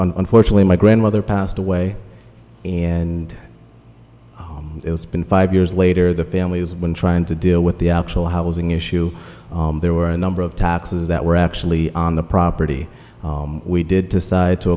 are unfortunately my grandmother passed away and it's been five years later the family has been trying to deal with the actual housing issue there were a number of taxes that were actually on the property we did decide to